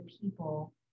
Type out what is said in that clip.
people